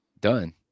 done